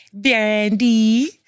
Dandy